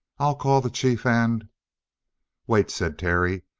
i'll call the chief and wait, said terry,